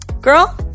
girl